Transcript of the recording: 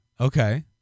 Okay